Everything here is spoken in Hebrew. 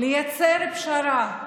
לייצר פשרה,